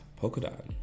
Polkadot